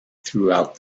throughout